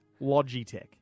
Logitech